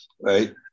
right